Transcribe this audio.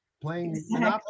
playing